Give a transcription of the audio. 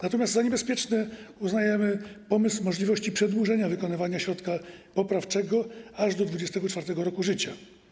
Natomiast za niebezpieczny uznajemy pomysł dotyczący możliwości przedłużenia wykonywania środka poprawczego aż do 24. roku życia.